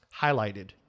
highlighted